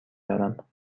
دارم